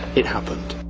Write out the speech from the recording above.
it happened.